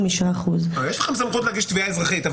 5%. יש לכם סמכות להגיש תביעה אזרחית.